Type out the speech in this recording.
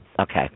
Okay